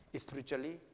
spiritually